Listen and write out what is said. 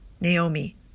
Naomi